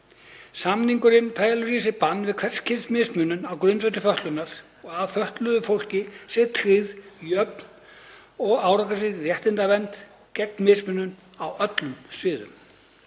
Samningurinn felur í sér bann við hvers kyns mismunun á grundvelli fötlunar og að fötluðu fólki sé tryggð jöfn og árangursrík réttarvernd gegn mismunun á öllum sviðum.